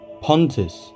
Pontus